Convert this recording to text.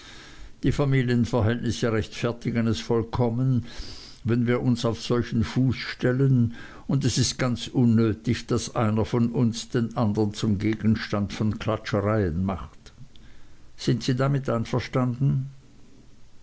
die familienverhältnisse rechtfertigen es vollkommen wenn wir uns auf solchen fuß stellen und es ist ganz unnötig daß einer von uns den andern zum gegenstand von klatschereien macht sind sie damit einverstanden